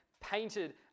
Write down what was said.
painted